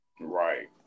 Right